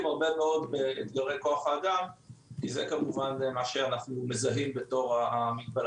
הרבה מאוד באתגרי כוח האדם כי זה כמובן מה שאנחנו מזהים בתור המגבלה